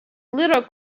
little